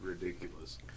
ridiculous